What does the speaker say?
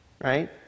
right